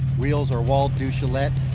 wheels are wald duchatelet.